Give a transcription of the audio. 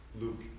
Luke